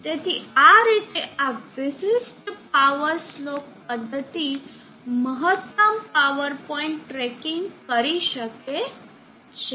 તેથી આ રીતે આ વિશિષ્ટ પાવર સ્લોપ પદ્ધતિ મહત્તમ પાવર પોઇન્ટ ટ્રેકિંગ કરી શકે છે